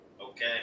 Okay